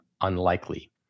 unlikely